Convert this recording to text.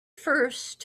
first